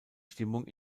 stimmung